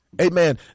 amen